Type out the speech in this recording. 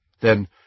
Then